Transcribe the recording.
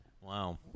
Wow